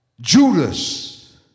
Judas